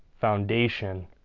foundation